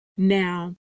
Now